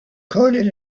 coded